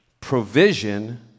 provision